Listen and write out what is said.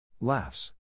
Laughs